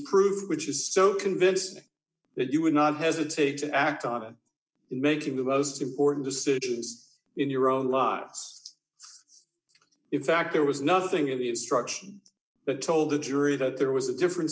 proof which is so convincing that you would not hesitate to act on it in making the most important decisions in your own lives in fact there was nothing in the instruction that told the jury that there was a different